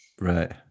right